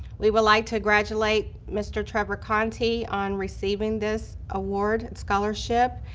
we would like to gratulate mr. trevor konty on receiving this award scholarship,